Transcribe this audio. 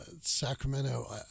Sacramento